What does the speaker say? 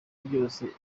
byose